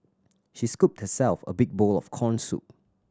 she scooped herself a big bowl of corn soup